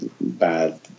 bad